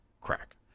crack